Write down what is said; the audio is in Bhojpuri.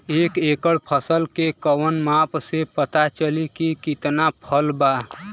एक एकड़ फसल के कवन माप से पता चली की कितना फल बा?